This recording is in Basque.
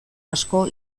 asko